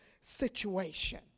situation